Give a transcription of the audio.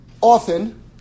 often